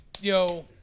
Yo